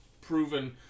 proven